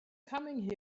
coming